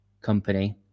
company